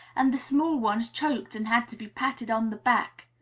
and the small ones choked and had to be patted on the back.